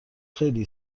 خیلی